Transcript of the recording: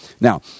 Now